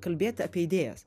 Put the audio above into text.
kalbėti apie idėjas